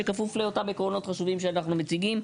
שכפוף לאותם עקרונות חשובים שאנחנו מציגים.